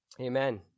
amen